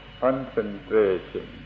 concentration